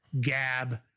Gab